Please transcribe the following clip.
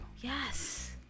Yes